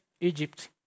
Egypt